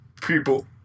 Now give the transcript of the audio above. people